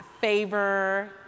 favor